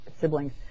siblings